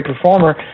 performer